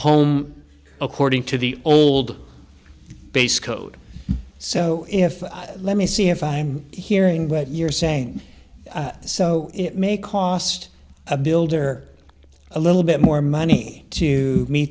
home according to the old base code so if let me see if i'm hearing what you're saying so it may cost a builder a little bit more money to me